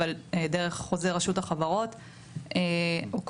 אבל דרך החוזה ורשות החברות עוקבים.